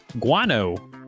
guano